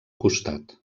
costat